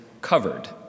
covered